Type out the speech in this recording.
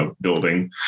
building